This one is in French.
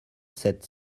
sept